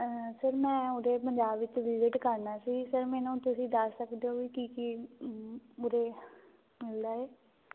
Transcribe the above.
sir ਮੈਂ ਉਰੇ ਪੰਜਾਬ ਵਿੱਚ ਵਿਜਿਟ ਕਰਨਾ ਸੀ ਸਰ ਮੈਨੂੰ ਤੁਸੀਂ ਦੱਸ ਸਕਦੇ ਹੋ ਵੀ ਕੀ ਕੀ ਉਰੇ ਮਿਲਦਾ ਏ